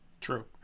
True